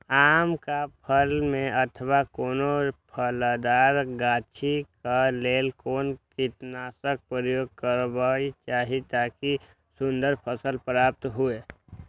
आम क फल में अथवा कोनो फलदार गाछि क लेल कोन कीटनाशक प्रयोग करबाक चाही ताकि सुन्दर फल प्राप्त हुऐ?